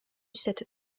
cette